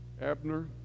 Abner